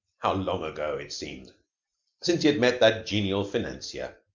how long ago it seemed since he had met that genial financier.